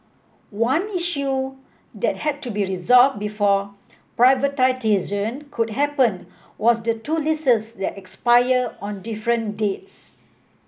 one issue that had to be resolve before privatisation could happen was the two leases that expire on different dates